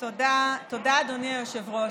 תודה, אדוני היושב-ראש.